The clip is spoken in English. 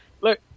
Look